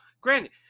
granted